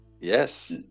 yes